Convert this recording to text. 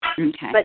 Okay